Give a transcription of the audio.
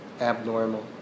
abnormal